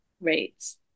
rates